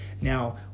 Now